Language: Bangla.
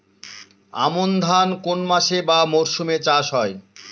আমন ধান কোন মাসে বা মরশুমে চাষ হয়?